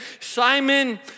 Simon